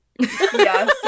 Yes